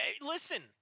Listen